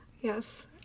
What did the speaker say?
Yes